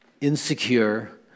insecure